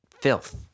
filth